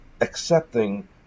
accepting